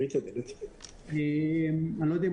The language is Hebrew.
יש